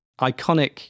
iconic